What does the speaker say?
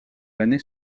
l’année